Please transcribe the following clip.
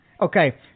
Okay